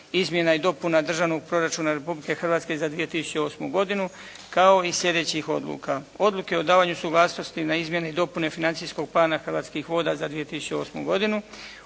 Izmjena i dopuna Državnog proračuna Republike Hrvatske za 2008. godinu kao i sljedećih odluka. Odluke o davanju suglasnosti na izmjene i dopune financijskog plana Hrvatskih voda za 2008. godinu.